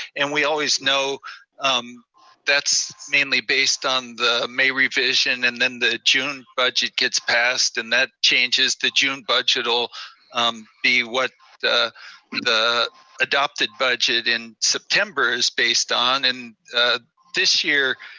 and we always know um that's mainly based on the may revision, and then the june budget gets passed, and that changes. the june budget will be what the the adopted budget in september is based on. and this year,